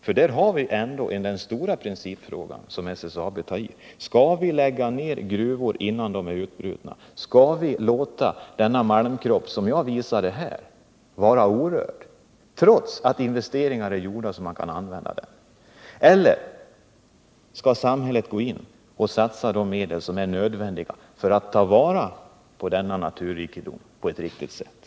Den stora principfråga som SSAB tar upp i detta sammanhang är: Skall vi lägga ned gruvor innan de är uttömda? Skall vi låta den malmkropp som jag har hänvisat till vara orörd, trots att de investeringar som behövs för att utvinna malmen är gjorda, eller skall samhället satsa de medel som är nödvändiga för att ta vara på denna naturrikedom på ett riktigt sätt?